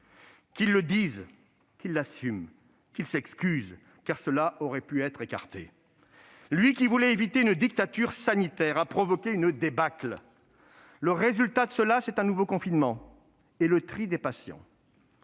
Qu'il le dise, qu'il l'assume, qu'il s'excuse, car cela aurait pu être évité ! Lui qui voulait écarter la perspective d'une dictature sanitaire a provoqué une débâcle. Le résultat de cette débâcle est un nouveau confinement et le tri des patients.